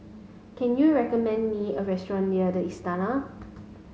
can you recommend me a restaurant near The Istana